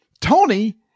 Tony